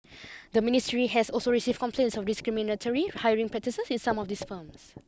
the ministry has also received complaints of discriminatory hiring practices in some of these firms